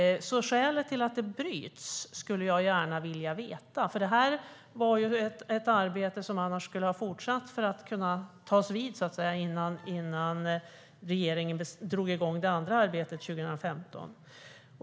Jag skulle gärna vilja veta skälet till att det bryts. Arbetet skulle annars ha kunnat fortsätta för att kunna ta vid innan regeringen drog igång det andra arbetet 2015.